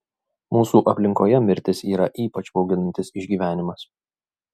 mūsų aplinkoje mirtis yra ypač bauginantis išgyvenimas